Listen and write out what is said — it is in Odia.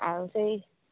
ଆଉ ସେଇ